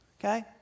okay